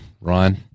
Ryan